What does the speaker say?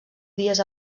dies